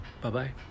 Bye-bye